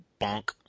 bonk